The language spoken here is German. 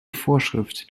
vorschrift